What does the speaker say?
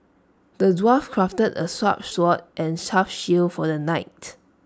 the dwarf crafted A sharp sword and tough shield for the knight